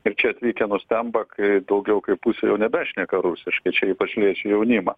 ir čia atvykę nustemba kai daugiau kaip pusė jau nebešneka rusiškai čia ypač liečia jaunimą